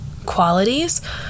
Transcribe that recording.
qualities